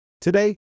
Today